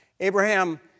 Abraham